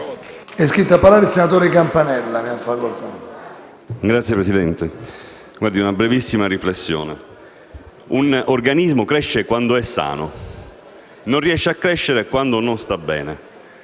È iscritto a parlare il senatore Campanella.